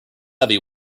levee